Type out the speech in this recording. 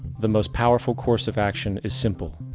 the most powerful course of action is simple.